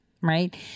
right